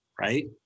right